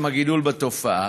עם הגידול בתופעה?